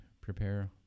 prepare